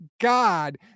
God